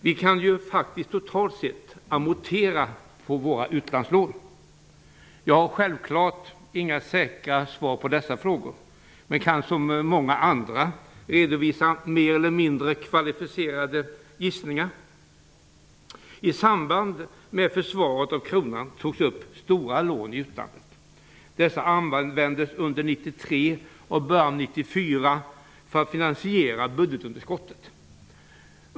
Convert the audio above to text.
Vi kan ju faktiskt totalt sett amortera på våra utlandslån. Jag har självfallet inga säkra svar på dessa frågor, men jag kan som många andra redovisa mer eller mindre kvalificerade gissningar. I samband med försvaret av kronan togs det upp stora lån i utlandet. Dessa användes under år 1993 och början av 1994 till att finansiera budgetunderskottet.